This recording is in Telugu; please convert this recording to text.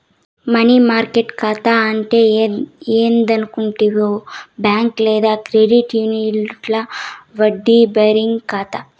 మనీ మార్కెట్ కాతా అంటే ఏందనుకునేవు బ్యాంక్ లేదా క్రెడిట్ యూనియన్ల వడ్డీ బేరింగ్ కాతా